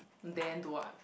then do what